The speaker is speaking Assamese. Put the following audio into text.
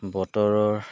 বতৰৰ